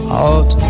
out